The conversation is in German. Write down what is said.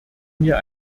mir